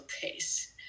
case